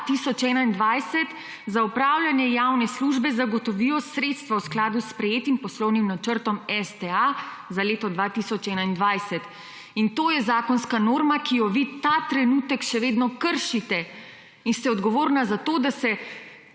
za opravljanje javne službe zagotovijo sredstva v skladu s sprejetim poslovnim načrtom STA za leto 2021. In to je zakonska norma, ki jo ta trenutek še vedno kršite. In ste odgovorni za to, da se